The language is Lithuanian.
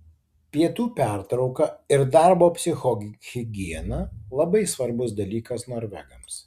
pietų pertrauka ir darbo psichohigiena labai svarbus dalykas norvegams